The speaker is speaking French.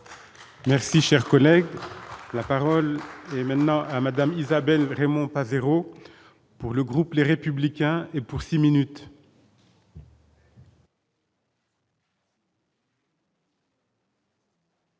Merci, cher collègue, la parole. Et maintenant, à Madame Isabelle Raymond pas 0 pour le groupe, les républicains et pour 6 minutes.